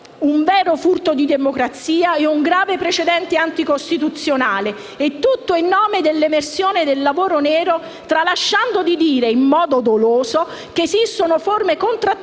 un vero furto di democrazia e di un grave precedente anticostituzionale: il tutto in nome dell'emersione del lavoro nero, tralasciando di dire, in modo doloso, che esistono forme contrattuali